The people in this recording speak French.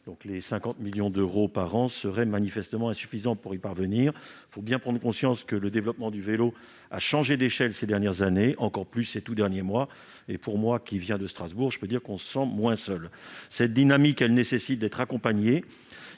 prévu de 50 millions d'euros par an serait manifestement insuffisant pour y parvenir. Il faut prendre conscience que le développement du vélo a changé d'échelle ces dernières années, et encore plus ces tout derniers mois. Moi qui viens de Strasbourg, je peux vous dire que l'on se sent moins seul ... Cette dynamique nécessite d'être accompagnée.